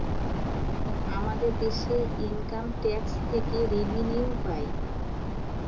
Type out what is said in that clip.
আমাদের দেশে income tax থেকে রেভিনিউ পাই